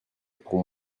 pour